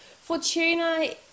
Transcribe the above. Fortuna